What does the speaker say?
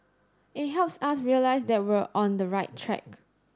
it helps us realise that we're on the right track